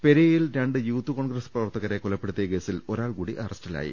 പെരിയയിൽ രണ്ട് യൂത്ത് കോൺഗ്രസ് പ്രവർത്തകരെ കൊലപ്പെടു ത്തിയ കേസിൽ ഒരാൾകൂടി അറസ്റ്റിലായി